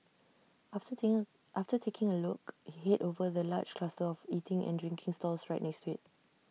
after after taking A look Head over to the large cluster of eating and drinking stalls right next to IT